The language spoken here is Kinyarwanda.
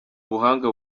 ubuhanga